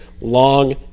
long